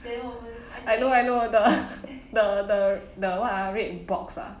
I know I know the the the the what ah red box ah